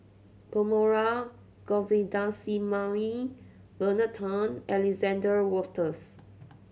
Perumal Govindaswamy Bernard Tan and Alexander Wolters